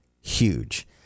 huge